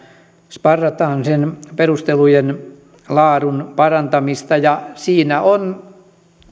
sparrataan perustelujen laadun parantamista siinä on